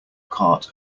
cart